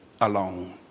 alone